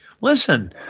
Listen